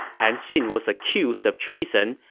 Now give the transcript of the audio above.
han xin was accused of treason,